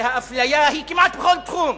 והאפליה הן כמעט בכל תחום.